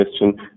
question